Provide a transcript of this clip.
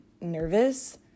nervous